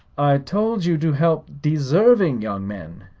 i told you to help deserving young men,